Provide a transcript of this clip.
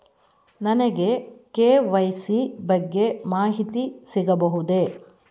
ನನಗೆ ಕೆ.ವೈ.ಸಿ ಬಗ್ಗೆ ಮಾಹಿತಿ ಸಿಗಬಹುದೇ?